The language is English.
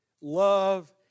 love